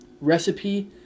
recipe